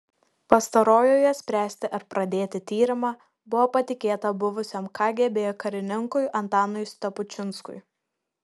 pastarojoje spręsti ar pradėti tyrimą buvo patikėta buvusiam kgb karininkui antanui stepučinskui